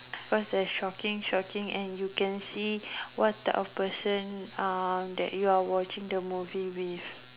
cause there's shocking shocking and you can see what type of person uh that you are watching the movie with